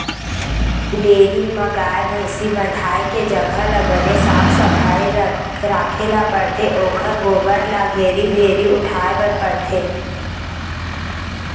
dairy म गाय, भइसी बंधाए के जघा ल बने साफ सफई राखे ल परथे ओखर गोबर ल घेरी भेरी उठाए बर परथे